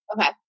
okay